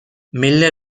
milner